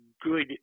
good